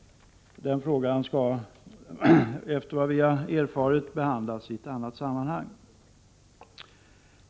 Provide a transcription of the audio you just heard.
Den frågan skall, efter vad vi har erfarit, behandlas i ett annat sammanhang.